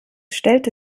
stellte